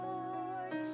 Lord